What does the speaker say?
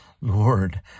Lord